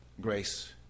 Grace